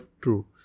true